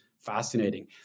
Fascinating